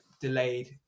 delayed